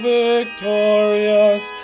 victorious